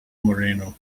moreno